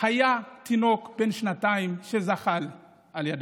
היה תינוק בן שנתיים שזחל על ידיו.